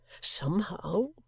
Somehow